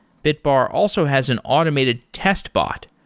bitbar also has an automated test bot,